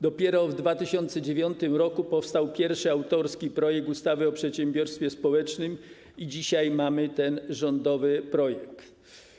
Dopiero w 2009 r. powstał pierwszy autorski projekt ustawy o przedsiębiorstwie społecznym i dzisiaj mamy ten rządowy projekt.